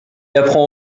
apprend